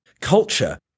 culture